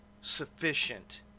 sufficient